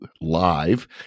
live